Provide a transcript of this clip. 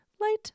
light